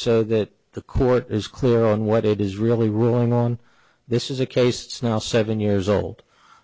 so that the court is clear on what it is really ruling on this is a case now seven years old